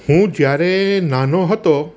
હું જ્યારે નાનો હતો